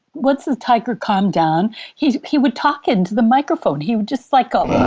once the tiger calmed down he he would talk into the microphone, he would just like go.